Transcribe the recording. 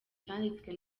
cyanditswe